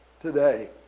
today